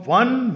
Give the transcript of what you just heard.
one